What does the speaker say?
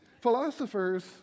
Philosophers